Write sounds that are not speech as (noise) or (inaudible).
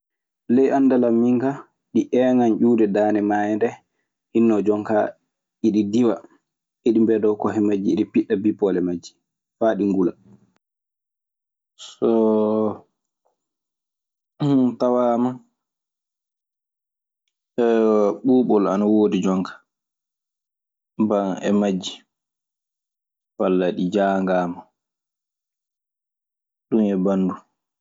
Ley anndal am minka ɗii ƴeengan ƴiwde daande maayo ndee. Hinno jonka iɗi diɗa, ini mbeɗoo ko'e majji, iɗi piɗɗa bippoole majji faa ɗi ngula. Soo (noise) tawaama (hesitation) ɓuuɓol ana woodi jonka e majji walla ɗi jaangaama. Ɗun e banndun.